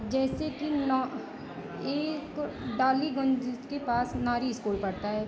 जैसे कि नौ एक डाॅलीगंज के पास नारी इस्कूल पड़ता है